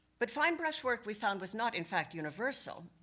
but fine brushwork, we found, was not, in fact, universal.